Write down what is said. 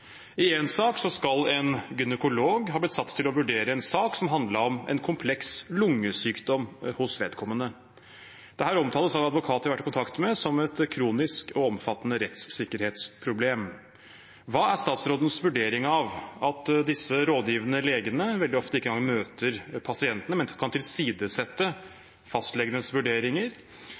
I én sak skal en gynekolog ha blitt satt til å vurdere en sak som handlet om en kompleks lungesykdom hos vedkommende. Dette omtales av en advokat jeg har vært i kontakt med, som et kronisk og omfattende rettssikkerhetsproblem. Hva er statsrådens vurdering av at disse rådgivende legene veldig ofte ikke engang møter pasientene, men kan tilsidesette fastlegenes vurderinger?